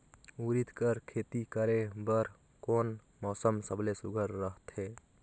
उरीद कर खेती करे बर कोन मौसम सबले सुघ्घर रहथे?